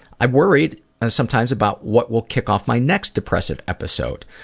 i worried sometimes about what will kick off my next depressive episode.